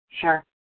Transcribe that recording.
sure